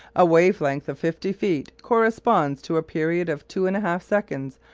a wave-length of fifty feet corresponds to a period of two and a half seconds,